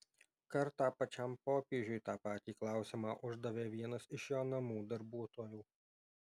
kartą pačiam popiežiui tą patį klausimą uždavė vienas iš jo namų darbuotojų